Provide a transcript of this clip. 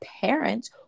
parents